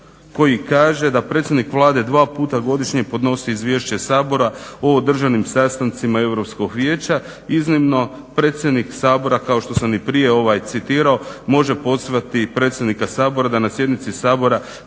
koji kaže da predsjednik Vlade dva puta godišnje podnosi izvješće Saboru o održanim sastancima Europskog vijeća. Iznimno predsjednik Sabora, kao što sam i prije citirao, može pozvati predsjednika Sabora da na sjednici Sabora